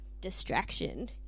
distraction